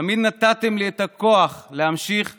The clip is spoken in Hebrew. תמיד נתתם לי את הכוח להמשיך ולהילחם.